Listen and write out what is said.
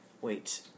wait